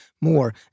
more